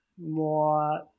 more